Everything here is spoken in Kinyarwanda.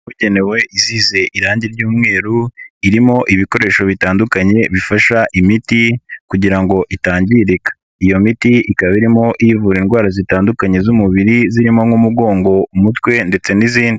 Habukenewe isize irangi ry'umweru irimo ibikoresho bitandukanye bifasha imiti kugira ngo itangirika. Iyo miti ikaba irimo iyivura indwara zitandukanye z'umubiri zirimo nk'umugongo, umutwe ndetse n'izindi.